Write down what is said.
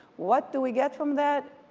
what do we get from that?